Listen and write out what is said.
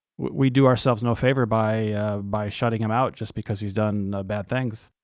we do ourselves no favor by by shutting him out just because he's done bad things.